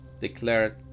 declared